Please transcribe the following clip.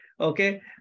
Okay